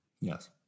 Yes